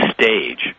stage